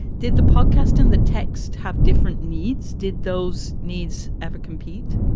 did the podcast and the text have different needs? did those needs ever compete?